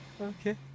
Okay